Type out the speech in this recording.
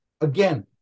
Again